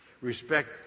respect